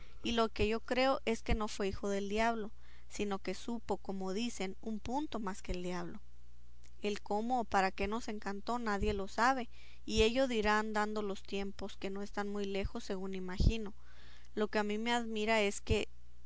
y lo que yo creo es que no fue hijo del diablo sino que supo como dicen un punto más que el diablo el cómo o para qué nos encantó nadie lo sabe y ello dirá andando los tiempos que no están muy lejos según imagino lo que a mí me admira es que